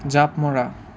জাপ মৰা